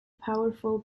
powerful